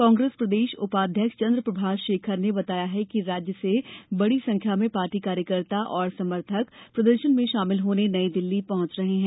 कांग्रेस प्रदेश उपाध्यक्ष चंद्रप्रभाष शेखर ने बताया है कि राज्य से बड़ी संख्या में पार्टी कार्यकर्ता और समर्थक प्रदर्शन में षामिल होने नई दिल्ली पहुंच रहे हैं